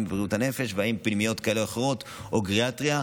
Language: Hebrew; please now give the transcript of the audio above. אם בריאות הנפש ואם פנימיות כאלה או אחרות או גריאטריה,